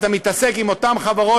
אתה מתעסק עם אותן חברות,